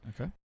Okay